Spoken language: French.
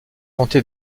tenté